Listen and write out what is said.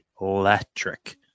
electric